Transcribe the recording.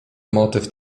motyw